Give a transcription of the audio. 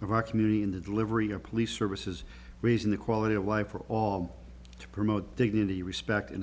of our community in the delivery of police services raising the quality of life for all to promote dignity respect in a